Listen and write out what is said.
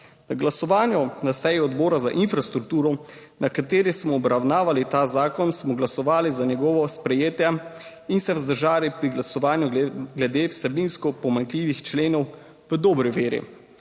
Na glasovanju na seji Odbora za infrastrukturo, na kateri smo obravnavali ta zakon, smo glasovali za njegovo sprejetje in se vzdržali pri glasovanju glede vsebinsko pomanjkljivih členov v dobri veri,